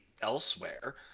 elsewhere